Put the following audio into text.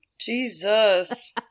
jesus